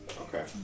Okay